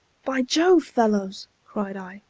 by jove, fellows, cried i,